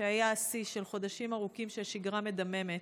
שהיה השיא של חודשים ארוכים של שגרה מדממת,